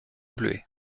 bleuets